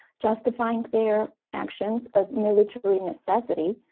justifying their actions as military necessity,